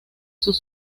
sus